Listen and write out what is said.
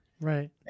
Right